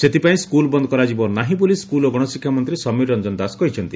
ସେଥିପାଇଁ ସ୍କୁଲ ବନ୍ଦ କରାଯିବ ନାହିଁ ବୋଲି ସ୍କୁଲ ଓ ଗଣଶିକ୍ଷା ମନ୍ତୀ ସମୀର ରଞ୍ଞନ ଦାସ କହିଛନ୍ତି